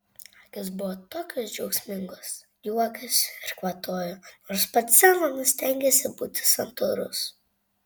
akys buvo tokios džiaugsmingos juokėsi ir kvatojo nors pats zenonas stengėsi būti santūrus